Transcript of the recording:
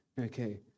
Okay